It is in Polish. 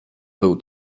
był